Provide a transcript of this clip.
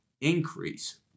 increase